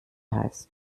heißt